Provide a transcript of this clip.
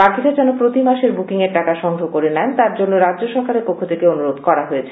বাকীরা যেন প্রতি মাসের বুকিং এর টাকা সংগ্রহ করে নেন তার জন্য রাজ্য সরকারের পক্ষ থেকে অনুরোধ করা হয়েছে